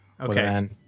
Okay